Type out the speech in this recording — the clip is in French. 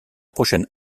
prochaine